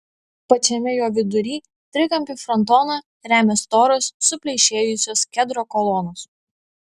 pačiame jo vidury trikampį frontoną remia storos supleišėjusios kedro kolonos